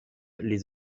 les